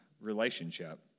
relationship